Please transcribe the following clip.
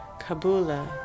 Kabula